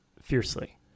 fiercely